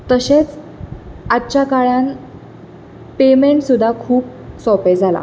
तशेंच आजच्या काळान पेमेन्ट सुद्दां खूब सोपें जालां